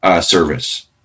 service